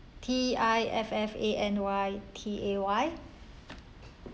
T I F F A N Y T A Y